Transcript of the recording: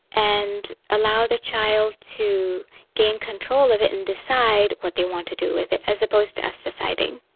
and allow the child to gain control of it and decide what they want to do with it, as opposed to us deciding.